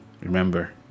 Remember